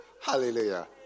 Hallelujah